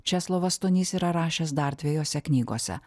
česlovas stonys yra rašęs dar dviejose knygose